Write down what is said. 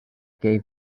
gave